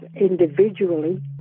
individually